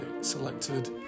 selected